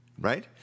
Right